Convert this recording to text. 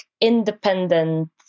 independent